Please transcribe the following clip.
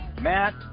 Matt